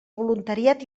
voluntariat